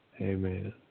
Amen